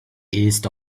east